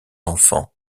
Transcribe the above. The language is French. enfants